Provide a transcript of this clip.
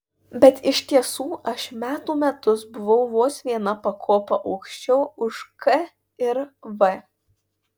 bet iš tiesų aš metų metus buvau vos viena pakopa aukščiau už k ir v